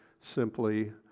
simply